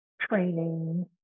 training